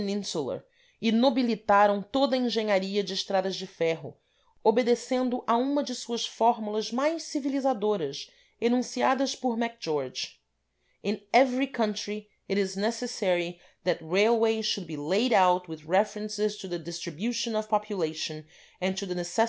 peninsular e nobilitaram toda a engenharia de estradas de ferro obedecendo a uma de suas fórmulas mais civilizadoras enunciada por